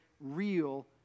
real